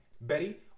Betty